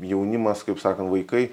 jaunimas kaip sakan vaikai